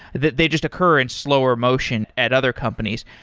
that they just occur in slower motion at other companies.